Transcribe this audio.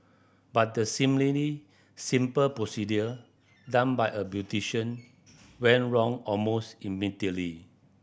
but the seemingly simple procedure done by a beautician went wrong almost immediately